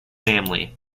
family